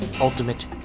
Ultimate